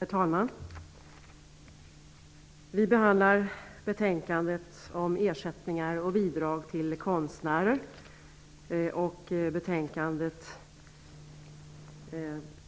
Herr talman! Vi behandlar nu betänkandet om ersättningar och bidrag till konstnärer. I betänkandet